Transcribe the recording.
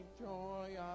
joy